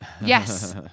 Yes